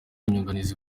inyunganizi